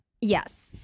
Yes